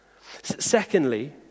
Secondly